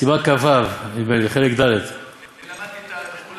סימן כ"ו, נדמה לי, בחלק ד' אני למדתי את כולם.